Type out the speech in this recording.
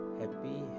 happy